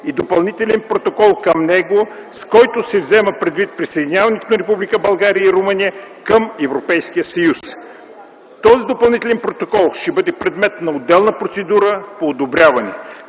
и допълнителен протокол към него, с който се взема предвид присъединяването на Република България и Румъния към Европейския съюз. Този допълнителен протокол ще бъде предмет на отделна процедура по одобряване.